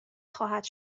خواهد